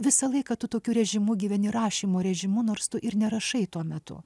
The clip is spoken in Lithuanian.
visą laiką tu tokiu režimu gyveni rašymo režimu nors tu ir nerašai tuo metu